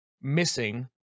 missing